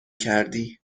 کردی